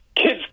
Kids